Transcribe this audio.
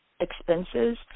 expenses